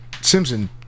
Simpson